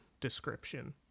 description